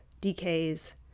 decays